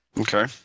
Okay